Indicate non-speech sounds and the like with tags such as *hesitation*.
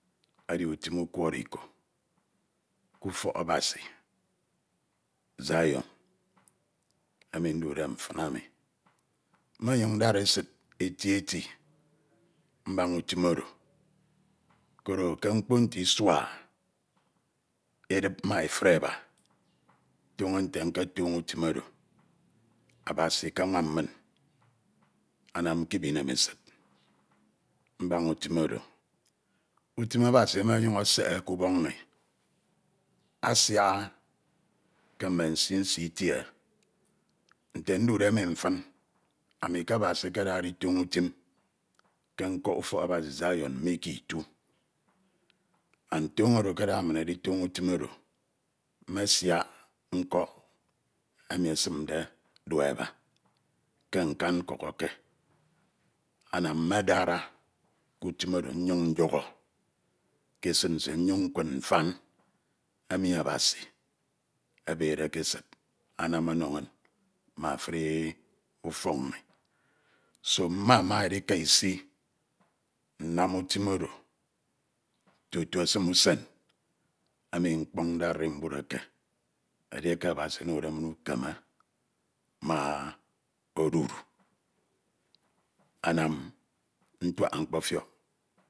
. Edi utim ukwoso iko ke ufok Abasi zion enu ndude mfin ami, mmemyun ndare sid eti eti mbaña utim oro koro ke mkpo nte isua edip ma efudeba toño nte nketoño utim oro Abasi ke anwam mia anam nkip memesid mbaña utim oro. Utim Abasi emi onyun esekhe ke ubok inh, asiaha ke mme nsii nsii itie, nte ndude mi mfin ami ke Abasi akade editoño utim ke nkok ufok Abasi zion mi ke itu, toño oro akada mmeditoño utim oro, mmesiek nkok nkuk eke, ansum mmedara k’utim oro nnyuñ nyukhọ ke esid nsie mmyuñ nkud mfan emi Abasi ebede ke esid anam ono inñ ma efuri ufok inh. so mmamaedika isi nnam utim oro tutu esim usen emi mkpọride arumbud eke, edieke Abasi onode min ukeme ma *hesitation* odudu anam ntuaha mkpofiok.